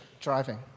driving